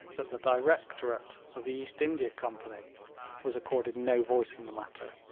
that the directorate of the east india company was accorded no voice in the matter.